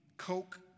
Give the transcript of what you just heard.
Coke